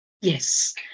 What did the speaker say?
Yes